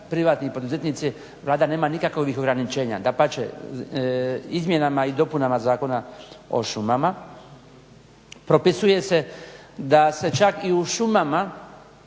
privatni poduzetnici Vlada nema nikakovih ograničenja. Dapače, izmjenama i dopunama Zakona o šumama propisuje se da se čak i u šumama